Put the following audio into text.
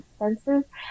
expenses